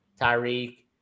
Tyreek